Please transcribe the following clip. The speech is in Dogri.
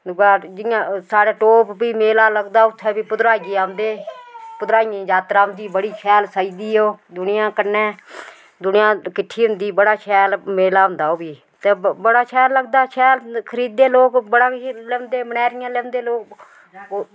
दूआ जियां साढ़ै टोप बी मेला लगदा उत्थें बी भद्रवाहये औंदे भद्रवाहयैं दी जात्तरा औंदी बड़ी शैल सजदी ओह् दुनियां कन्नेै दुनियां कट्ठी होंदी बड़ी शैल मेला होंदा ओह् बी ते बड़ा शैल लगदा शैल खरीददे लोक बड़ा किश ल्योंदे लोक मनैरियां लेई औंदे लोक